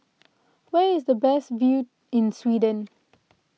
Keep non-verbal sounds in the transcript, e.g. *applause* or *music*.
where is the best view in Sweden *noise*